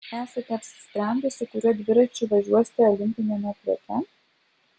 esate apsisprendusi kuriuo dviračiu važiuosite olimpiniame treke